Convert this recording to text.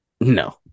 No